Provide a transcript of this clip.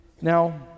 Now